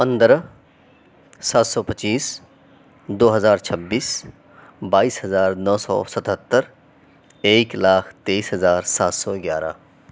پندرہ سات سو پچیس دو ہزار چھبیس بائیس ہزار نو سو ستہتر ایک لاکھ تیئس ہزار سات سو گیارہ